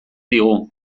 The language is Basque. digu